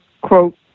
quote